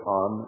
on